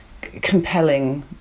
compelling